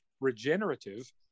regenerative